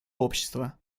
общество